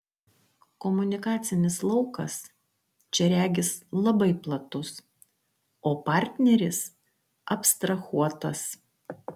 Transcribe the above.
komunikacinis laukas čia regis labai platus o partneris abstrahuotas